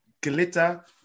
glitter